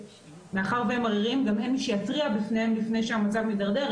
מאחר והם עריריים גם אין מי שיתריע בפניהם לפני שהמצב מדרדר,